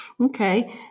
Okay